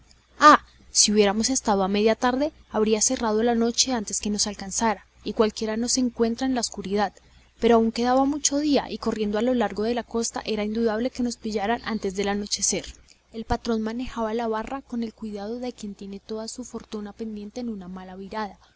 ah si hubiéramos estado a media tarde habría cerrado la noche antes que nos alcanzara y cualquiera nos encuentra en la oscuridad pero aún quedaba mucho día y corriendo a lo largo de la costa era indudable que nos pillarían antes del anochecer el patrón manejaba la barra con el cuidado de quien tiene toda su fortuna pendiente de una mala virada